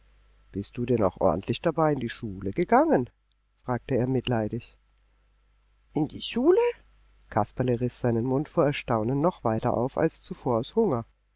bist du denn auch ordentlich dabei in die schule gegangen fragte er mitleidig in die schule kasperle riß seinen mund vor erstaunen noch weiter auf als zuvor aus hunger